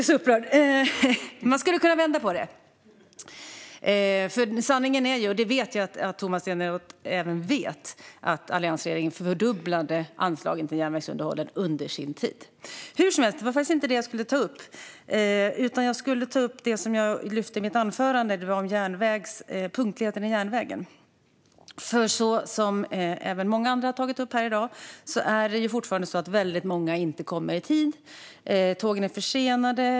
Sanningen är - och det vet jag att även Tomas Eneroth vet - att alliansregeringen fördubblade anslagen till järnvägsunderhållet under sin tid. Men det var faktiskt inte det jag skulle ta upp. Jag skulle ta upp det som jag lyfte i mitt anförande om järnvägens punktlighet. Som många andra har tagit upp här i dag är det fortfarande så att väldigt många inte kommer i tid. Tågen är försenade.